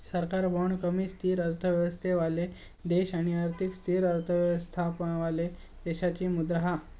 सरकारी बाँड कमी स्थिर अर्थव्यवस्थावाले देश अधिक स्थिर अर्थव्यवस्थावाले देशाची मुद्रा हा